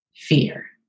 fear